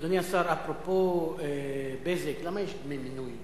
אדוני השר, אפרופו "בזק", למה יש דמי מנוי ב"בזק"?